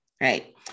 right